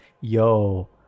yo